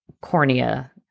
cornea